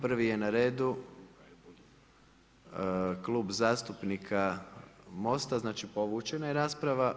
Prvi je na redu Klub zastupnika Mosta, znači povučena je rasprava.